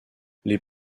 les